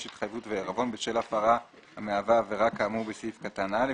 התחייבות ועירבון בשל הפרה המהווה עבירה כאמור בסעיף קטן (א),